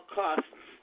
costs